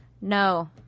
no